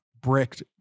bricked